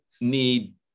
need